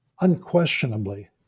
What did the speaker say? Unquestionably